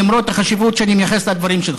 למרות החשיבות שאני מייחס לדברים שלך.